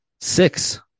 six